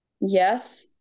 yes